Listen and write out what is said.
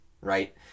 right